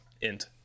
Int